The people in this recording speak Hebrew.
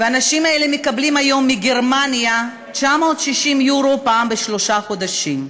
והאנשים האלה מקבלים היום מגרמניה 960 יורו פעם בשלושה חודשים.